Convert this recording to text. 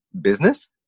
business